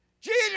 Jesus